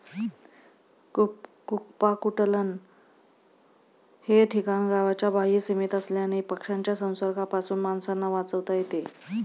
कुक्पाकुटलन हे ठिकाण गावाच्या बाह्य सीमेत असल्याने पक्ष्यांच्या संसर्गापासून माणसांना वाचवता येते